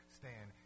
stand